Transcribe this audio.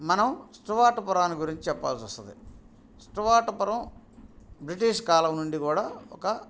మనం స్టువర్ట్ పురం గురించి చెప్పావలసి వస్తుంది స్టువర్ట్ పురం బ్రిటీష్ కాలం నుండి కూడా ఒక